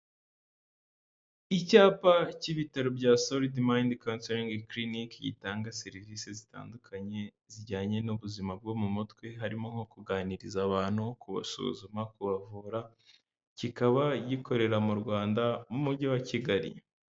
Icyapa k'ibitaro bya Sold Mind Counseling Clinic, gitanga serivisi zitandukanye zijyanye n'ubuzima bwo mu mutwe, harimo nko kuganiriza abantu, kubasuzuma, kubavura, kikaba gikorera mu Rwanda, mu mugi wa Kigali.